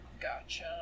Gotcha